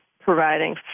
providing